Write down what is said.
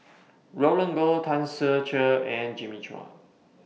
Roland Goh Tan Ser Cher and Jimmy Chua